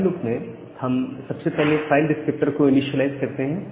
while loop में हम सबसे पहले फाइल डिस्क्रिप्टर को इनीशिएलाइज करते हैं